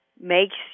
makes